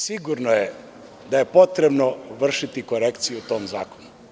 Sigurno je da potrebno vršiti korekciju u tom zakonu.